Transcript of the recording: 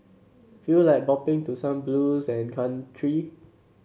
feel like bopping to some blues and country